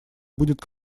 будет